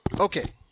Okay